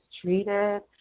treated